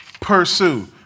pursue